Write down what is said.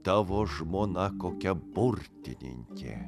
tavo žmona kokia burtininkė